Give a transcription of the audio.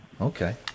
Okay